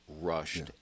rushed